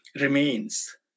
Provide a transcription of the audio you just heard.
remains